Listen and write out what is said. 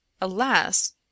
Alas